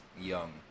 young